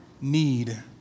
need